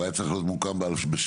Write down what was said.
הוא היה צריך להיות מוקם בשוויץ,